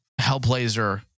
Hellblazer